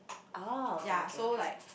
orh okay okay okay